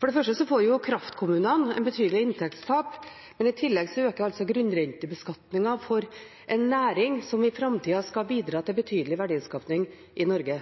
For det første får kraftkommunene et betydelig inntektstap. I tillegg øker grunnrentebeskatningen for en næring som i framtida skal bidra til betydelig verdiskaping i Norge.